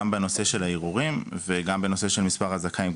גם בנושא של הערעורים וגם בנושא של מספר הזכאים,